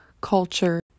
culture